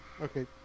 Okay